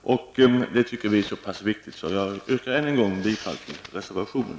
Detta anser vi vara så pass viktigt att jag än en gång yrkar bifall till reservationen.